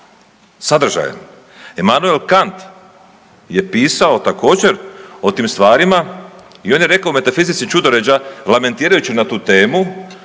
sadržajem. Immanuel Kant je pisao također o tim stvarima i on je rekao metafizički čudoređa lamentirajući na tu temu